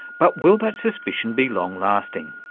but will that suspicion be long lasting?